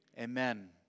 amen